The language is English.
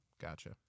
Gotcha